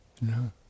No